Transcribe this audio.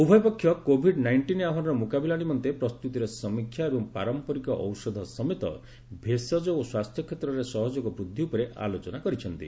ଉଭୟ ପକ୍ଷ Covid nineteen ଆହ୍ୱାନର ମୁକାବିଲା ନିମନ୍ତେ ପ୍ରସ୍ତତିର ସମୀକ୍ଷାଏବଂ ପାରମ୍ପରିକ ଔଷଧ ସମେତ ଭେଷଜ ଓ ସ୍ୱାସ୍ଥ୍ୟକ୍ଷେତ୍ରରେ ସହଯୋଗ ବୃଦ୍ଧି ଉପରେ ଆଲୋଚନା କରିଛନ୍ତି